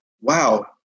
wow